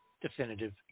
definitive